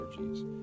energies